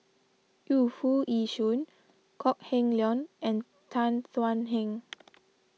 Yu Foo Yee Shoon Kok Heng Leun and Tan Thuan Heng